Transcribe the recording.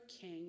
king